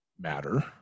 matter